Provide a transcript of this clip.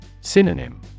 Synonym